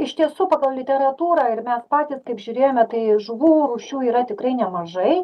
iš tiesų pagal literatūrą ir mes patys kaip žiūrėjome tai žuvų rūšių yra tikrai nemažai